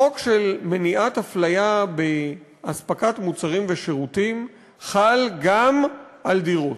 החוק של מניעת הפליה באספקת מוצרים ושירותים חל גם על דירות.